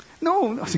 no